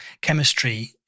chemistry